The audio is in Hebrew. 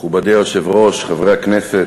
מכובדי היושב-ראש, חברי הכנסת,